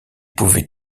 pouvait